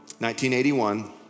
1981